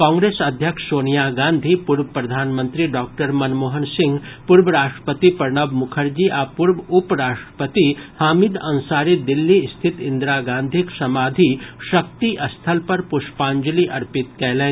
कांग्रेस अध्यक्ष सोनिया गांधी पूर्व प्रधानमंत्री डॉक्टर मनमोहन सिंह पूर्व राष्ट्रपति प्रणब मुखर्जी आ पूर्व उपराष्ट्रपति हामिद अंसारी दिल्ली स्थित इन्दिरा गांधीक समाधि शक्ति स्थल पर पुष्पांजलि अर्पित कयलनि